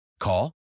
Call